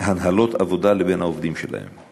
הנהלות מקומות עבודה לבין העובדים שלהם.